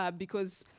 ah because.